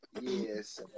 Yes